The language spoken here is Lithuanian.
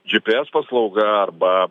gps paslauga arba